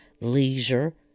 leisure